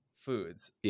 foods